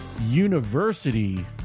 University